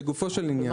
לגופו של עניין,